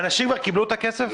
אנשים כבר קיבלו את הכסף?